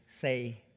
say